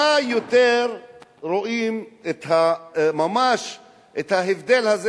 במה רואים יותר את ההבדל הזה,